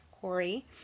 Corey